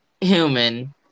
human